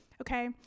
Okay